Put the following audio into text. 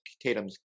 Tatum's